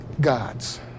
God's